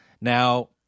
Now